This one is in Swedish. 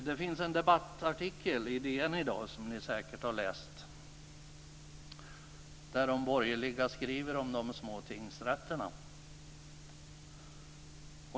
Det finns en debattartikel i DN i dag, som ni säkert har läst, där de borgerliga skriver om de små tingsrätterna.